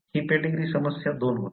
ही pedigree समस्या-2 होती